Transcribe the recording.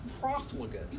profligate